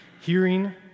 Hearing